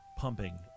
pumping